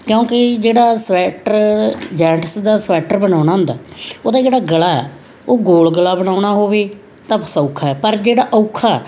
ਕਿਉਂਕਿ ਜਿਹੜਾ sweater gents ਦਾ ਸਵੈਟਰ ਬਣਾਉਣਾ ਹੁੰਦਾ ਉਹਦਾ ਜਿਹੜਾ ਗਲਾ ਉਹ ਗੋਲ ਗਲਾ ਬਣਾਉਣਾ ਹੋਵੇ ਤਾਂ ਸੌਖਾ ਪਰ ਜਿਹੜਾ ਔਖਾ